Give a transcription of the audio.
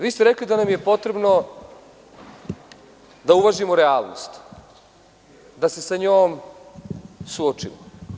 Vi ste rekli da nam je potrebno da uvažimo realnost, da se sa njom suočimo.